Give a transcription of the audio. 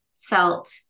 felt